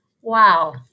Wow